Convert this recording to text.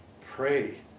pray